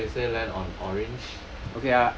I thought you say land on orange